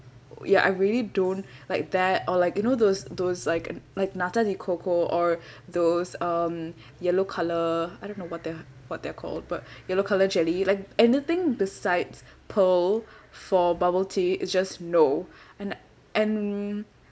ya I really don't like that or like you know those those like like nata de coco or those um yellow colour I don't know what they're what they're called but yellow colour jelly like anything besides pearl for bubble tea is just no and and